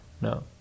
no